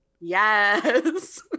Yes